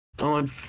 on